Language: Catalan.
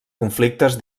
conflictes